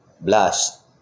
blast